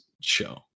show